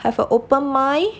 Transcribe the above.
have a open mind